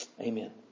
Amen